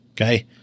Okay